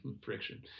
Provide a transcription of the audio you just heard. friction